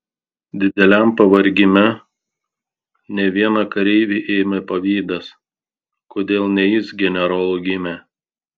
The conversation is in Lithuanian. dideliam pavargime ne vieną kareivį ėmė pavydas kodėl ne jis generolu gimė